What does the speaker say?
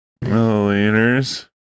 milliliters